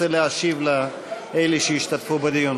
רוצה להשיב לאלה שהשתתפו בדיון.